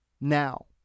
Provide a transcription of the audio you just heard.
now